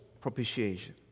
propitiation